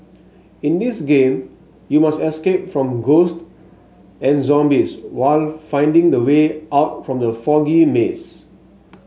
in this game you must escape from ghost and zombies while finding the way out from the foggy maze